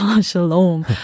shalom